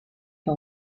pas